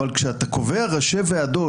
אבל כשאתה קובע ראשי ועדות,